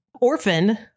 orphan